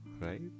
Right